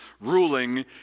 ruling